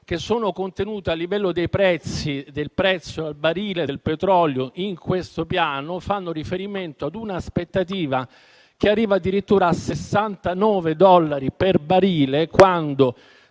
che sono contenute a livello del prezzo al barile, in questo Piano fanno riferimento ad un'aspettativa che arriva addirittura a 69 dollari per barile, quando